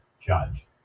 judge